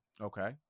Okay